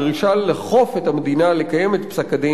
בדרישה לאכוף את המדינה לקיים את פסק-הדין